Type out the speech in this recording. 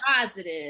positive